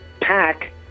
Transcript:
pack